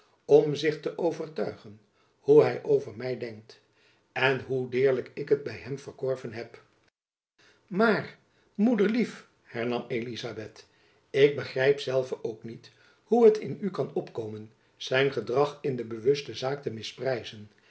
om zich te overtuigen hoe hy over my denkt en hoe deerlijk ik het by hem verkorven heb maar moederlief hernam elizabeth ik begrijp zelve ook niet hoe het in u kan opkomen zijn gedrag in de bewuste zaak te misprijzen